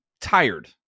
tired